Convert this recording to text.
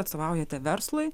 atstovaujate verslui